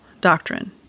doctrine